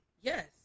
Yes